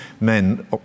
men